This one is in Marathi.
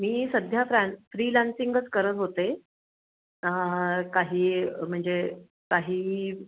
मी सध्या फ्रँ फ्रीलान्सिंगच करत होते काही म्हणजे काही